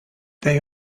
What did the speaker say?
they